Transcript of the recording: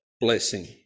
blessing